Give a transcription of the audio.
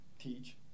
teach